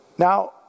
Now